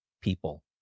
people